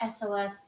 SOS